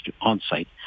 on-site